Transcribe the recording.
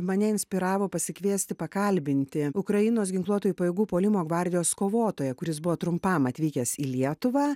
mane inspiravo pasikviesti pakalbinti ukrainos ginkluotųjų pajėgų puolimo gvardijos kovotoją kuris buvo trumpam atvykęs į lietuvą